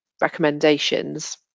recommendations